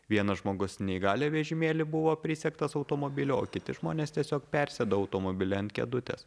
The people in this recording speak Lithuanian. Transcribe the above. vienas žmogus neįgaliojo vežimėly buvo prisegtas automobily o kiti žmonės tiesiog persėdo automobiy ant kėdutės